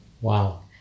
Wow